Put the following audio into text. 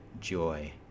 Joy